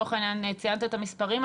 לצורך העניין ציינת את המספרים,